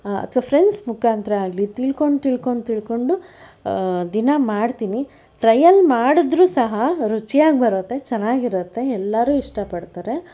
ಅಥ್ವಾ ಫ್ರೆಂಡ್ಸ್ ಮುಖಾಂತರಾಗಲಿ ತಿಳ್ಕೊಂಡು ತಿಳ್ಕೊಂಡು ತಿಳ್ಕೊಂಡು ದಿನಾ ಮಾಡ್ತೀನಿ ಟ್ರಯಲ್ ಮಾಡಿದ್ರೂ ಸಹ ರುಚಿಯಾಗಿ ಬರುತ್ತೆ ಚೆನ್ನಾಗಿರತ್ತೆ ಎಲ್ಲರೂ ಇಷ್ಟಪಡ್ತಾರೆ